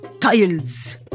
Tiles